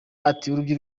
rwinshi